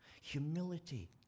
Humility